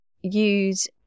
use